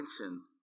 attention